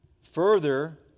Further